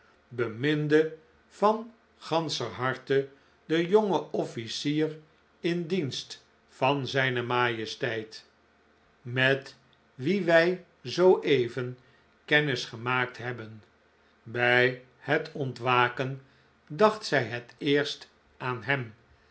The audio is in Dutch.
beminde van ganscher harte den jongen offlcier in dienst van zijne majesteit met wien wij zooeven kennis gemaakt hebben bij het ontwaken dacht zij het eerst aan hem